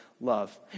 love